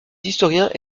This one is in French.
historiens